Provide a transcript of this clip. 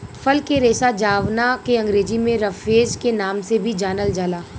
फल के रेशा जावना के अंग्रेजी में रफेज के नाम से भी जानल जाला